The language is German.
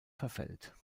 verfällt